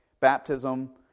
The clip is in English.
baptism